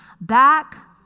back